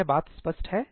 क्या यह बात स्पष्ट है